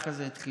ככה זה התחיל,